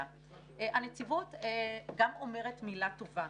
הנציבות גם אומרת מילה טובה.